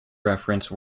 reference